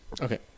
Okay